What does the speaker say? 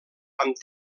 amb